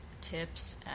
tips